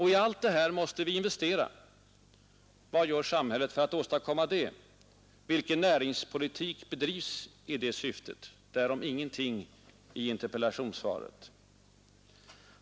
I allt det här måste vi investera. Vad gör samhället för att åstadkomma det? Vilken näringspolitik bedrivs i det syftet? Därom ingenting i interpellationssvaret.